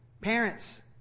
Parents